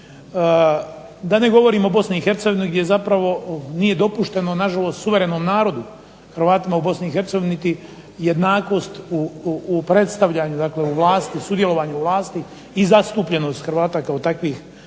Hercegovini gdje zapravo nije dopušteno na žalost suverenom narodu, Hrvatima u Bosni i Hercegovini niti jednakost u predstavljanju, dakle u vlasti, sudjelovanju u vlasti i zastupljenost Hrvata kao takvih na